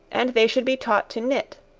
and they should be taught to knit.